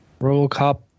RoboCop